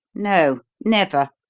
no, never,